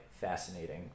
fascinating